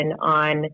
on